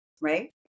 right